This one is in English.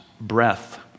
breath